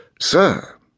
Sir